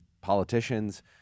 politicians